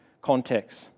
context